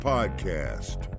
Podcast